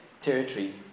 territory